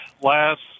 last